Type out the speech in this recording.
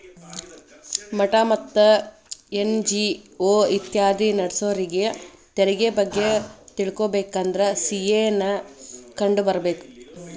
ಮಠಾ ಮತ್ತ ಎನ್.ಜಿ.ಒ ಇತ್ಯಾದಿ ನಡ್ಸೋರಿಗೆ ತೆರಿಗೆ ಬಗ್ಗೆ ತಿಳಕೊಬೇಕಂದ್ರ ಸಿ.ಎ ನ್ನ ಕಂಡು ಬರ್ಬೇಕ